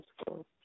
school